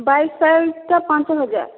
ବାଇଶ୍ size ଟା ପାଞ୍ଚ ହଜାର୍